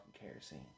kerosene